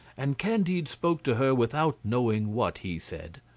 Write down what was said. and candide spoke to her without knowing what he said.